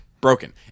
Broken